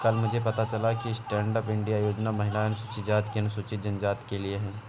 कल मुझे पता चला कि स्टैंडअप इंडिया योजना महिलाओं, अनुसूचित जाति और अनुसूचित जनजाति के लिए है